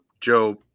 Joe